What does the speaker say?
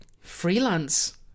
freelance